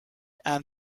and